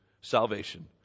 salvation